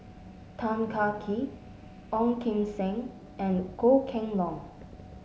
Tan Kah Kee Ong Kim Seng and Goh Kheng Long